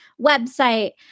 website